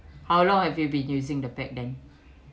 how long have you been using the bag them